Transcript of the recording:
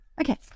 okay